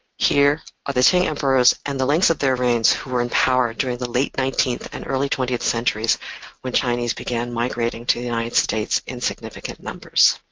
here are the qing emperors and the lengths of their reigns who were in power during the late nineteenth and early twentieth centuries when chinese began migrating to united states in significant numbers.